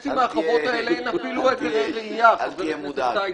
לחצי מהחוות הללו אין אפילו היתר בנייה חבר הכנסת סידה.